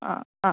आं आं